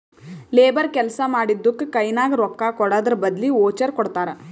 labour ಕೆಲ್ಸಾ ಮಾಡಿದ್ದುಕ್ ಕೈನಾಗ ರೊಕ್ಕಾಕೊಡದ್ರ್ ಬದ್ಲಿ ವೋಚರ್ ಕೊಡ್ತಾರ್